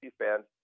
fans